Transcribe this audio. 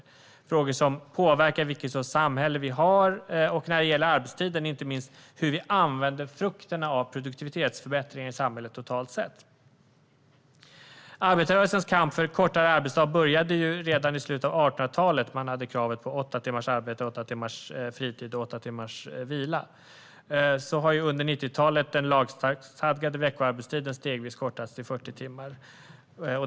Det är frågor som påverkar vilken sorts samhälle vi har och när det gäller arbetstiden inte minst hur vi använder frukterna av produktivitetsförbättringar i samhället totalt sett. Arbetarrörelsens kamp för en kortare arbetsdag började redan i slutet av 1800-talet när man hade kravet på åtta timmars arbete, åtta timmars fritid och åtta timmars vila. Under 1900-talet har den lagstadgade veckoarbetstiden stegvis kortats till 40 timmar.